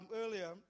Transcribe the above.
earlier